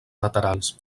laterals